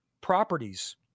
properties